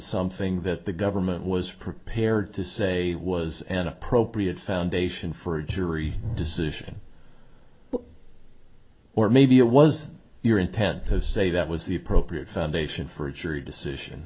something that the government was prepared to say was an appropriate foundation for a jury decision or maybe it was your intent to say that was the appropriate foundation for a jury decision